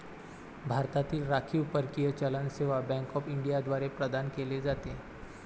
भारतातील राखीव परकीय चलन सेवा बँक ऑफ इंडिया द्वारे प्रदान केले जाते